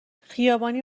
خیابانی